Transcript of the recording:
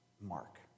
Mark